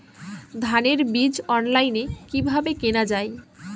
ধানের বীজ অনলাইনে কিভাবে কেনা যায়?